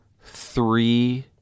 three